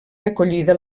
recollida